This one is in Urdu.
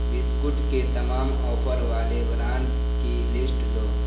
بسکٹ کے تمام آفر والے برانڈ کی لسٹ دو